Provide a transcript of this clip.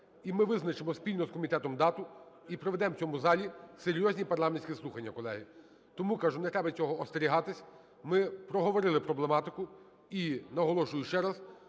І ми визначимо спільно з комітетом дату і проведемо в цьому залі серйозні парламентські слухання, колеги. Тому кажу, не треба цього остерігатися. Ми проговорили проблематику. І наголошую ще раз: